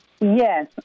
Yes